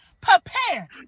Prepare